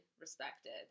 respected